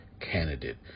candidate